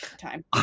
time